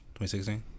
2016